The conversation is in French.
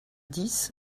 dix